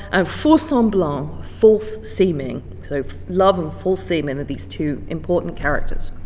and faus-samblant, false-seeming, so love and false-seeming are these two important characters.